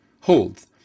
holds